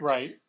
Right